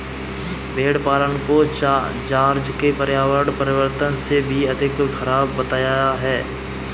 भेड़ पालन को जॉर्ज ने पर्यावरण परिवर्तन से भी अधिक खराब बताया है